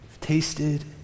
tasted